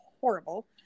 horrible